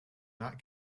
not